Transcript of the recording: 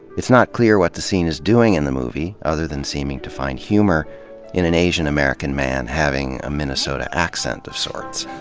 it's not clear what the scene is doing in the movie, other than seeming to find humor in an asian american man having a minnesota accent of sorts.